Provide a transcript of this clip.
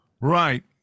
Right